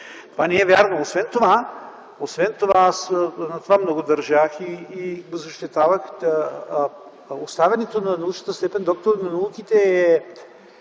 от случаите. Освен това, аз на това много държах и го защитавах – оставянето на научната степен „доктор на науките”,